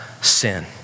sin